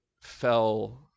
fell